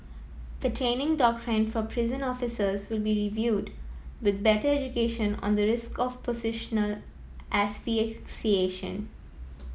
the training doctrine for prison officers will be reviewed with better education on the risk of positional asphyxiation